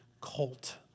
colt